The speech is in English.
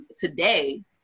today